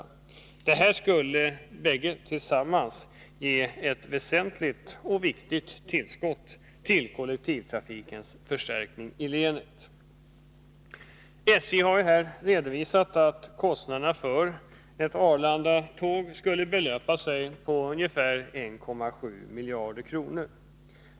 Det här skulle sammantaget ge ett väsentligt och viktigt tillskott till kollektivtrafikens förstärkning i länet. SJ har redovisat att kostnaderna för ett Arlandatåg skulle belöpa sig till 1,7 miljarder kronor.